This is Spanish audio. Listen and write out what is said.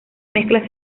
mezclas